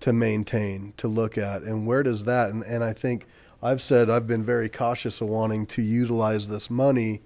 to maintain to look at and where does that and i think i've said i've been very cautious a wanting to utilize this money